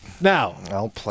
Now